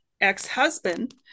ex-husband